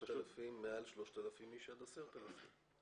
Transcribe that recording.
כתוב: מעל 3,000 איש ועד 10,000 איש.